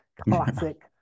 Classic